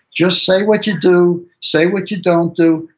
just say what you do. say what you don't do.